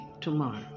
tomorrow